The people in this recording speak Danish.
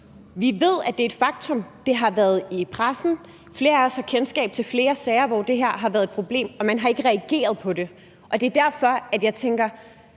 Vi ved, at det er et faktum. Det har været i pressen, flere af os har kendskab til flere sager, hvor det her har været et problem. Og man har ikke reageret på det. Det er derfor, at jeg tænker: